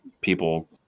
people